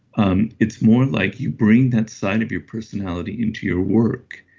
um it's more like you bring that side of your personality into your work,